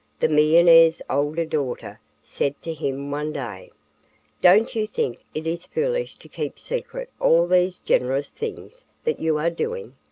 the millionaire's older daughter said to him one day don't you think it is foolish to keep secret all these generous things that you are doing?